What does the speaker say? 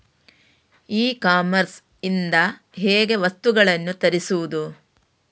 E commerce ಇಂದ ಹೇಗೆ ವಸ್ತುಗಳನ್ನು ತರಿಸುವುದು?